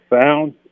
found